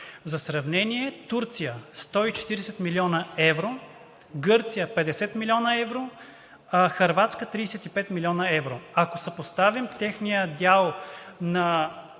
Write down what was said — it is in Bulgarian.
за сравнение: Турция – 140 млн. евро, Гърция – 50 млн. евро, Хърватска – 35 млн. евро. Ако съпоставим техния дял на